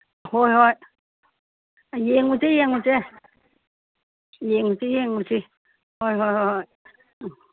ꯍꯣꯏ ꯍꯣꯏ ꯌꯦꯡꯉꯨꯁꯦ ꯌꯦꯡꯉꯨꯁꯦ ꯌꯦꯡꯉꯨꯁꯤ ꯌꯦꯡꯉꯨꯁꯤ ꯍꯣꯏ ꯍꯣꯏ ꯍꯣꯏ ꯍꯣꯏ